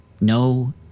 No